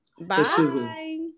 Bye